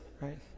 right